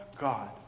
God